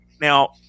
Now